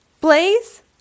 Blaze